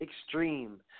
extreme